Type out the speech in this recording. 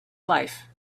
life